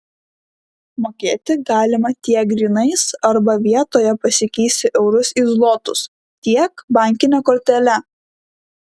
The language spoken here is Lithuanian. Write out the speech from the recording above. mokėti galima tiek grynais arba vietoje pasikeisti eurus į zlotus tiek bankine kortele